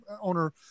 owner